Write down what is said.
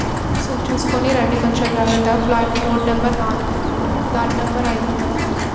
so చూసుకొని రండి కొంచెం జాగ్రత్త ఫ్లాట్ రోడ్ నంబర్ నాలుగు ఫ్లాట్ నంబర్ ఐదు వందల మూడు